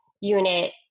unit